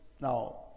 now